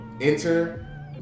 enter